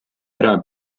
ära